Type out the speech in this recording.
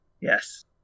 yes